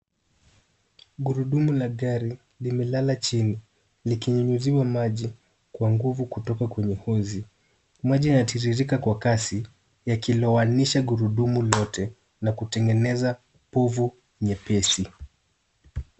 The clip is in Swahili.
Gurudumu la gari limelala chini likinyunyiziwa maji kwa nguvu kutoka kweye hozi. Maji yanatiririka kwa kasi yakilowanisha gurudumu lote na kutengeneza povu nyepesi.